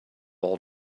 all